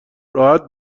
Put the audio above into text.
راحت